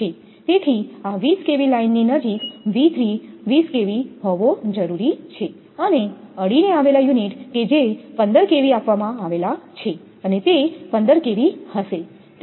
તેથી આ 20kV લાઇનની નજીક 20kV હોવો જરૂરી છે અને અડીને આવેલા યુનિટ કે જે 15kV આપવામાં આવેલા છે અને તે 15kV હશે